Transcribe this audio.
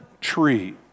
tree